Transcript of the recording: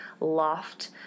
loft